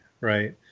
right